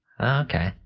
Okay